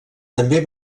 també